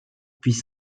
puis